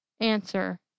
answer